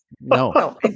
No